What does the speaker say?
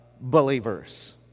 believers